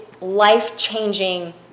life-changing